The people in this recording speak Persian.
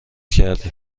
کردیم